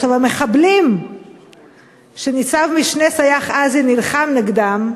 המחבלים שניצב-משנה סיאח עזי נלחם נגדם,